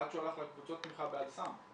עד שהוא הלך לקבוצות התמיכה ב"אל סם".